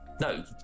No